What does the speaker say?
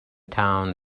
town